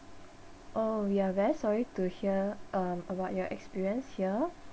oh we are very sorry to hear um about your experience here